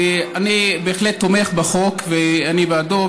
אני בהחלט תומך בחוק ואני בעדו,